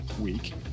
week